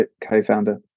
co-founder